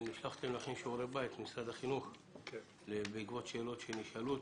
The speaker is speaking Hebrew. נשלחתם להכין שיעורי בית בעקבות שאלות שנשאלו.